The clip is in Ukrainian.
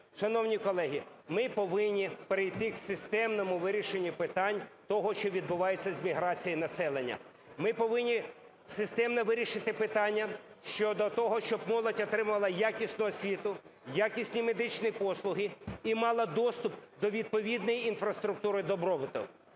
Шановні колеги! Ми повинні перейти до системного вирішення питань того, що відбувається з міграцією населення. Ми повинні системно вирішити питання щодо того, щоб молодь отримувала якісну освіту, якісні медичні послуги і мала доступ до відповідної інфраструктури добробуту.